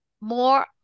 more